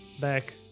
back